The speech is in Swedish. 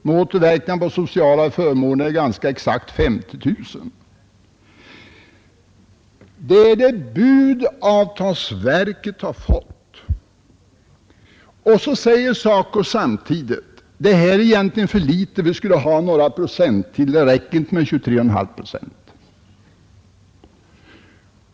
Med återverkningar på sociala förmåner blir det ganska exakt 50000 kronor. Det är det bud avtalsverket har fått. Och så säger SACO samtidigt: Det här är egentligen för litet. Vi skulle ha några procent till. Det räcker alltså inte med 23,5 procent.